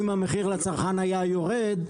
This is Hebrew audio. אם המחיר לצרכן היה יורד,